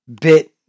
bit